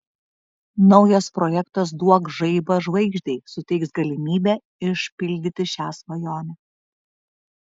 naujas projektas duok žaibą žvaigždei suteiks galimybę išpildyti šią svajonę